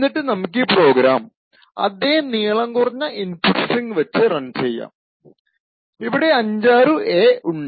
എന്നിട്ട് നമുക്കീ പ്രോഗ്രാം അതേ നീളം കുറഞ്ഞ ഇൻപുട്ട് സ്ട്രിങ് വച്ച് റൺ ചെയ്യാം ഇവിടെ അഞ്ചാറു A ഉണ്ട്